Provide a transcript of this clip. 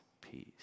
peace